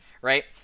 right